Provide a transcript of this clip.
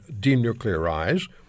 denuclearize